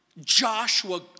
Joshua